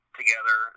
together